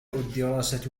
الدراسة